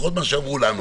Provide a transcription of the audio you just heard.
לפחות מה שאמרו לנו.